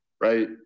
right